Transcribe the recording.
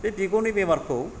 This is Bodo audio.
बे बिगुरनि बेमारखौ